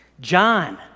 John